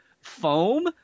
foam